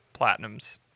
platinums